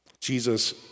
Jesus